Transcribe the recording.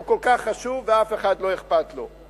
שהוא כל כך חשוב ואף אחד לא אכפת לו.